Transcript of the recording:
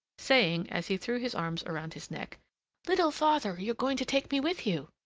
saying, as he threw his arms around his neck little father, you're going to take me with you!